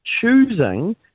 choosing